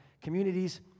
communities